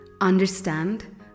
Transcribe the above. Understand